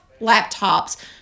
laptops